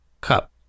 Cup